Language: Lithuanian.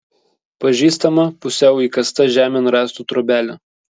pažįstama pusiau įkasta žemėn rąstų trobelė